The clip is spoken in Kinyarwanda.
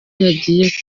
yagiye